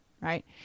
Right